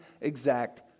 exact